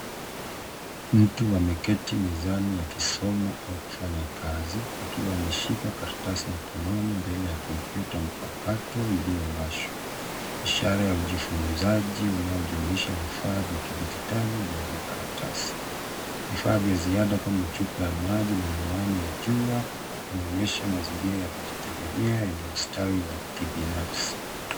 Mtu ameketi mezani akisoma au kufanya kazi akiwa ameshika karatasi mkononi mbele ya kompyuta mpakato iliyowashwa, ishara ya ujifunzaji unaojumuisha vifaa vya kidijitali na vya karatasi. Vifaa vya ziada kama chupa ya maji na miwani ya jua inaonyesha mazingira ya kujitegemea yenye ustawi wa kibinafsi.